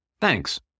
Thanks